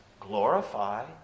Glorify